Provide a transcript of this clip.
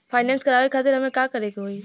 Finance करावे खातिर हमें का करे के होई?